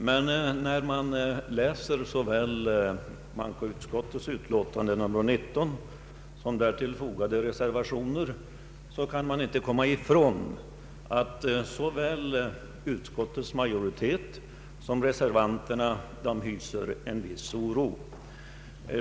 Men när man läser bankoutskottets utlåtande nr 19 och därtill fogade reservationer, kan man inte komma ifrån att såväl utskottets majoritet som reservanterna hyser en viss oro.